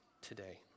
today